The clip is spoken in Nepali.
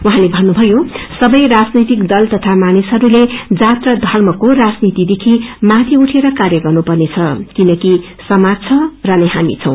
उझँले भन्नुषये सबै राजनैतिक दल तथा मानिसहरूले जात र धप्रको राजनीतिदेखि माथि उठेर कार्य गर्नुपर्नेछ जकिनकि सामाज छ रनै हामी छौ